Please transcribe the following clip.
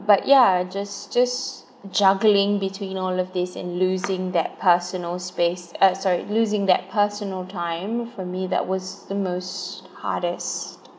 but ya just just juggling between all of this and losing that personal space uh sorry losing that personal time for me that was the most hardest